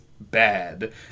bad